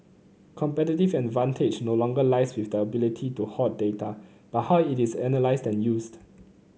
competitive advantage no longer lies with the ability to hoard data but how it is analysed and used